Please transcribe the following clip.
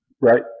Right